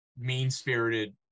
mean-spirited